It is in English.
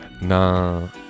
na